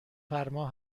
فرما